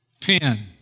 pen